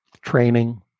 training